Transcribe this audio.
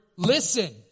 listen